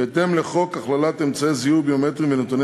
בהתאם לחוק הכללת אמצעי זיהוי ביומטריים ונתוני